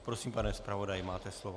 Prosím, pane zpravodaji, máte slovo.